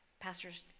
pastors